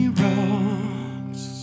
rocks